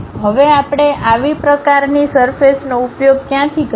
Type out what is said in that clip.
હવે આપણે આવી પ્રકારની સરફેસનો ઉપયોગ ક્યાંથી કરીએ